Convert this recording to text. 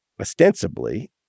ostensibly